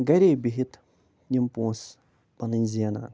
گَرے بِہِتھ یِم پونٛسہٕ پَنٕنۍ زینان